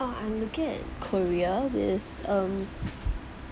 oh I am looking at korea with um